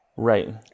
Right